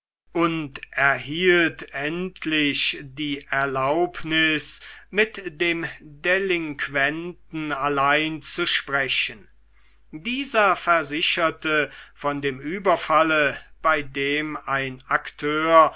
und erhielt endlich die erlaubnis mit dem delinquenten allein zu sprechen dieser versicherte von dem überfall bei dem ein akteur